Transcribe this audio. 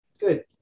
Good